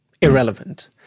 irrelevant